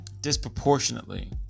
Disproportionately